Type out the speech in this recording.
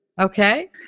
okay